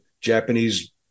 Japanese